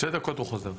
שתי דקות, הוא חוזר.